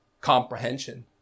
comprehension